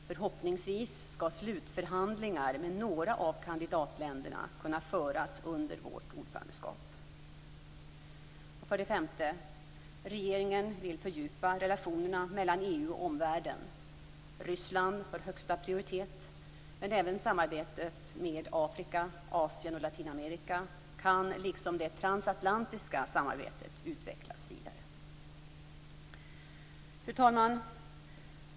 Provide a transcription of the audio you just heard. Förhoppningsvis skall slutförhandlingar med några av kandidatländerna kunna föras under vårt ordförandeskap. För det femte vill regeringen fördjupa relationerna mellan EU och omvärlden. Ryssland har högsta prioritet, men även samarbetet med Afrika, Asien och Latinamerika kan, liksom det transatlantiska samarbetet, utvecklas vidare. Fru talman!